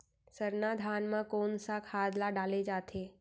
सरना धान म कोन सा खाद ला डाले जाथे?